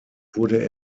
wurde